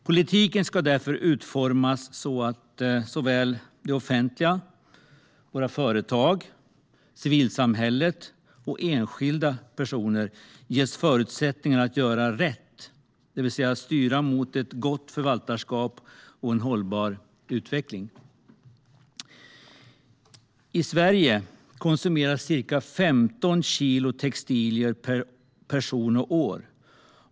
Politiken ska därför utformas så att det offentliga såväl som våra företag, civilsamhället och enskilda personer ges förutsättningar att göra rätt, det vill säga styra mot ett gott förvaltarskap och en hållbar utveckling. I Sverige konsumeras ca 15 kilo textilier per person och år.